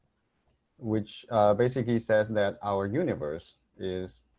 which basically says that our universe is